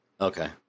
okay